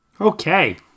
Okay